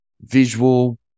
visual